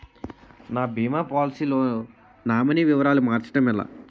నా భీమా పోలసీ లో నామినీ వివరాలు మార్చటం ఎలా?